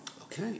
Okay